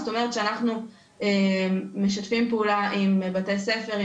זאת אומרת שאנחנו משתפים פעולה עם בתי ספר,